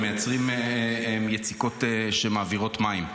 הם המייצרים יציקות שמעבירות מים,